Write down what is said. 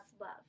love